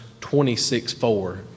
26:4